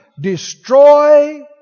destroy